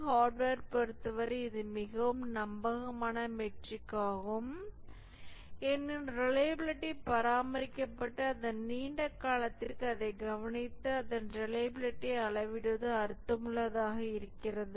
ஹார்ட்வேர்ப் பொறுத்தவரை இது மிகவும் நம்பகமான மெட்ரிக் ஆகும் ஏனெனில் ரிலையபிலிடி பராமரிக்கப்பட்டு அதன் நீண்ட காலத்திற்கு அதைக் கவனித்து அதன் ரிலையபிலிடியை அளவிடுவது அர்த்தமுள்ளதாக இருக்கிறது